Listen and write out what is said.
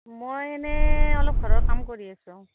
মই এনেই অলপ ঘৰৰ কাম কৰি আছোঁ